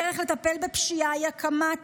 הדרך לטפל בפשיעה היא הקמת